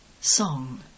Song